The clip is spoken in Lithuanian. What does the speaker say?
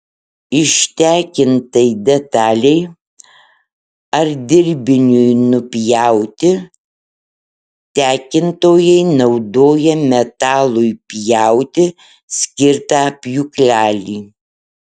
ištekintai detalei ar dirbiniui nupjauti tekintojai naudoja metalui pjauti skirtą pjūklelį